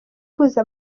ihuza